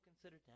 considered